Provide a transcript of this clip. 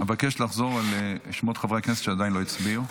אינה נוכחת אבקש לחזור על שמות חברי הכנסת שעדיין לא הצביעו.